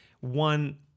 one